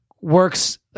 works